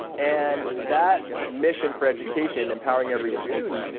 and that mission for education, empowering every student,